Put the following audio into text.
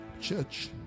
Church